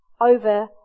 over